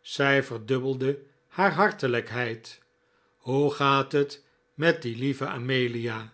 zij verdubbelde haar hartelijkheid hoe gaat het met die lieve amelia